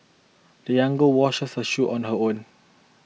the young girl washed her shoe on her own